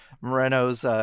Moreno's